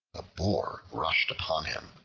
a boar rushed upon him,